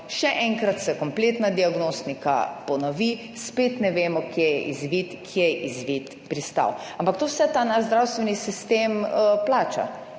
še enkrat se kompletna diagnostika ponovi, spet ne vemo kje je izvid, kje je izvid pristal. Ampak to vse ta naš zdravstveni sistem plača,